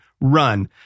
run